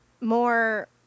more